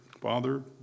father